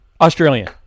Australian